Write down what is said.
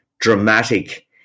dramatic